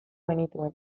genituen